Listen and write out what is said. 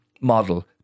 model